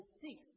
six